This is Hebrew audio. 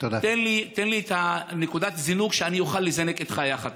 תן לי את נקודת הזינוק שאני אוכל לזנק איתך יחד.